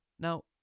Now